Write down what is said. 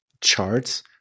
charts